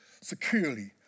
securely